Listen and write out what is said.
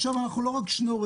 עכשיו אנחנו לא רק שנוררים,